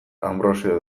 anbrosio